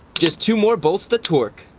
just two more bolts to torque.